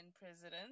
president